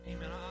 Amen